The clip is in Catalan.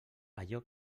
allò